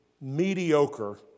mediocre